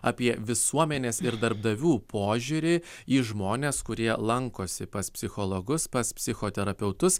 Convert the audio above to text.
apie visuomenės ir darbdavių požiūrį į žmones kurie lankosi pas psichologus pas psichoterapeutus